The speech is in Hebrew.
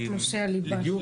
טופורובסקי.